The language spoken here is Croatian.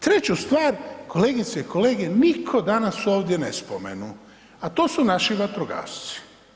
Treću stvar, kolegice i kolege nitko danas ovdje ne spomenu, a to su naši vatrogasci.